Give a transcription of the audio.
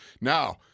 now